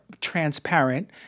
transparent